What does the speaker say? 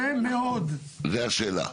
זו השאלה,